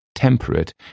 temperate